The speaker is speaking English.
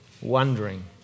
wondering